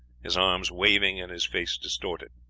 his arms waving and his face distorted.